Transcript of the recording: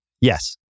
Yes